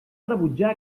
rebutjar